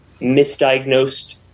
misdiagnosed